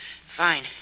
Fine